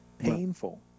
painful